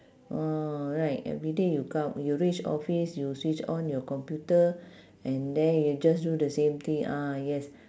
uh right everyday you come you reach office you switch on your computer and then you just do the same thing ah yes